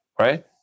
right